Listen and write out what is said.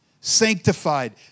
Sanctified